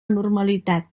normalitat